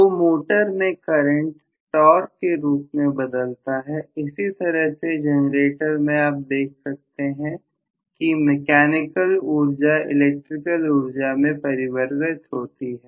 तो मोटर में current torque के रूप में बदलता है इसी तरह से जनरेटर में आप देख सकते हैं कि मैं क्या निकल ऊर्जा इलेक्ट्रिकल ऊर्जा में परिवर्तित होती है